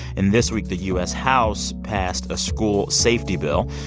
and this week, the u s. house passed a school safety bill.